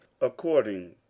according